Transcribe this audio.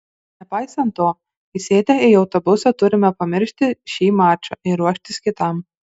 nepaisant to įsėdę į autobusą turime pamiršti šį mačą ir ruoštis kitam